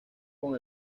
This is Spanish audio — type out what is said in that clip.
con